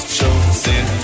Chosen